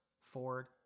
Ford